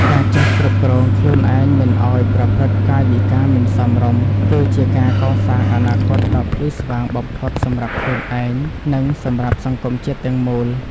ការចេះគ្រប់គ្រងខ្លួនឯងមិនឱ្យប្រព្រឹត្តកាយវិការមិនសមរម្យគឺជាការកសាងអនាគតដ៏ភ្លឺស្វាងបំផុតសម្រាប់ខ្លួនឯង និង សម្រាប់សង្គមជាតិទាំងមូល។